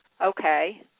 Okay